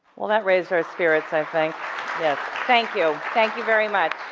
well that raised our spirits i think. yes thank you. thank you very much.